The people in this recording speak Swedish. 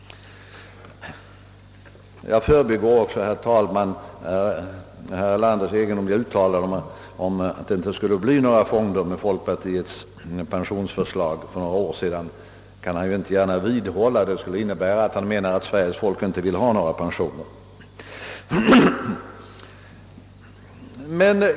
Jag förbigår också herr Erlanders egendomliga uttalande om att det inte skulle ha blivit några fonder med folkpartiets pensionsförslag för några år sedan. Det kan han inte gärna vidhålla, ty det skulle innebära att han menar att Sveriges folk inte vill ha några pensioner.